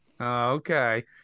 Okay